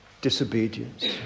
disobedience